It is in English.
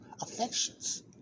affections